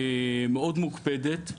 מאוד מוקפדת.